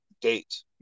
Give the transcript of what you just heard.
date